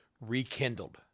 rekindled